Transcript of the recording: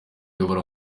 iyobora